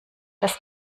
das